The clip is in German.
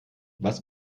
was